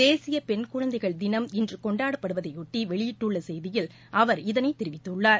தேசிய பெண்குழந்தைகள் தினம் இன்று கொண்டாடப்படுவதையொட்டி வெளியிட்டுள்ள செய்தியில் அவர் இதனை தெரிவித்துள்ளார்